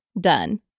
done